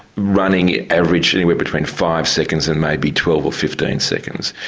running average between five seconds and maybe twelve or fifteen seconds.